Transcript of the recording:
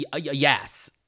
Yes